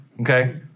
okay